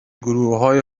گروههای